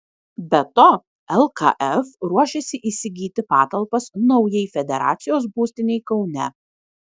be to lkf ruošiasi įsigyti patalpas naujai federacijos būstinei kaune